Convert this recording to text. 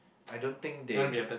I don't think they